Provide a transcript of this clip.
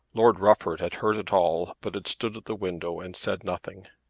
lord rufford had heard it all but had stood at the window and said nothing.